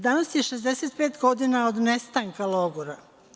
Danas je 65 godina od nestanka logora.